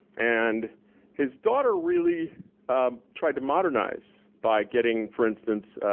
and his daughter really tried to modernize by getting, for instance,